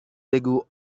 بگو